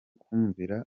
kumvira